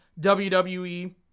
WWE